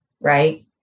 right